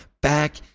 back